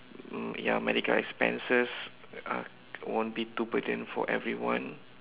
um ya medical expenses uh won't be too burden for everyone